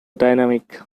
dynamic